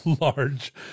large